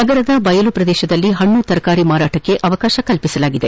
ನಗರದ ಬಯಲು ಪ್ರದೇಶದಲ್ಲಿ ಹಣ್ಣು ತರಕಾರಿ ಮಾರಾಟಕ್ಕೆ ಅವಕಾಶ ಕಲ್ಪಿಸಿದೆ